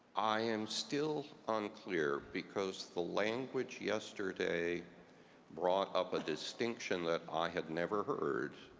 i am still unclear, because the language yesterday brought up a distinction that i had never heard,